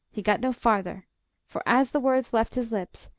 he got no farther for, as the words left his lips,